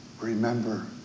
Remember